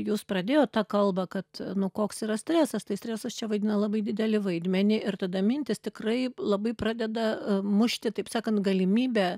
jūs pradėjot tą kalbą kad nu koks yra stresas tai stresas čia vaidina labai didelį vaidmenį ir tada mintys tikrai labai pradeda mušti taip sakant galimybę